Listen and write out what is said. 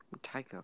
Tyco